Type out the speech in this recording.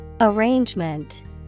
Arrangement